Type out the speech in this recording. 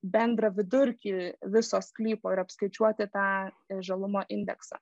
bendrą vidurkį viso sklypo ir apskaičiuoti tą žalumo indeksą